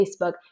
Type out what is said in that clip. Facebook